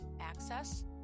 access